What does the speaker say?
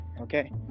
Okay